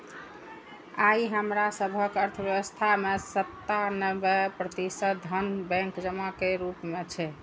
आइ हमरा सभक अर्थव्यवस्था मे सत्तानबे प्रतिशत धन बैंक जमा के रूप मे छै